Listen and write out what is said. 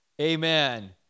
Amen